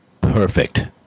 Perfect